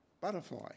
butterfly